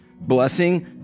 blessing